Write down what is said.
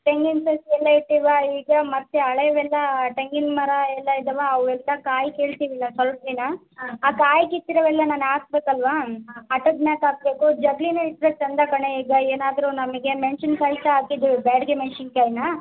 ತೆಂಗಿನ ಸಸಿ ಎಲ್ಲ ಇಟ್ಟೀವಾ ಈಗ ಮತ್ತು ಹಳೆವೆಲ್ಲ ತೆಂಗಿನ್ ಮರ ಎಲ್ಲ ಇದವಾ ಅವೆಲ್ಲ ಕಾಯಿ ಕೀಳ್ತೀವಿ ಈಗ ಸ್ವಲ್ಪ ದಿನ ಆ ಕಾಯಿ ಕಿತ್ತಿರುವೆಲ್ಲ ನಾನು ಹಾಕ್ಬೇಕಲ್ವಾ ಅಟ್ಟದ ಮ್ಯಾಕೆ ಹಾಕ್ಬೇಕು ಜಗಲಿನು ಇದ್ದರೆ ಚಂದ ಕಣೆ ಈಗ ಏನಾದರೂ ನಮಗೆ ಮೆಣ್ಸಿನ್ಕಾಯಿ ಸಾ ಹಾಕಿದ್ದೀವಿ ಬ್ಯಾಡ್ಗಿ ಮೆಣ್ಸಿನ್ಕಾಯ್ನ